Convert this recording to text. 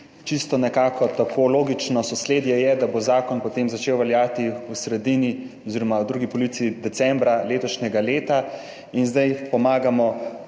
Čisto nekako tako logično sosledje je, da bo zakon potem začel veljati v drugi polovici decembra letošnjega leta in zdaj pomagamo